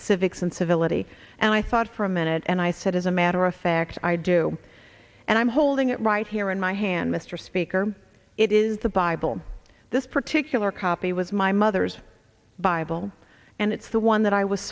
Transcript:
civics and civility and i thought for a minute and i said as a matter of fact i do and i'm holding it right here in my hand mr speaker it is the bible this particular copy was my mother's bible and it's the one that i was